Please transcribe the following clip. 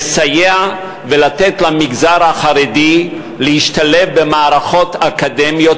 לסייע ולתת למגזר החרדי להשתלב במערכות אקדמיות,